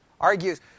argues